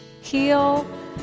heal